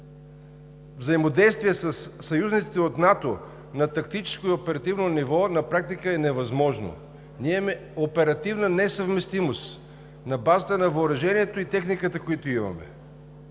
взаимодействие със съюзниците от НАТО на тактическо и оперативно ниво на практика е невъзможно, защото имаме оперативна несъвместимост на базата на въоръжението и техниката, които имаме.